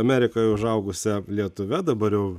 amerikoj užaugusia lietuve dabar jau